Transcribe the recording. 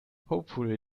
hopefully